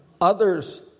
Others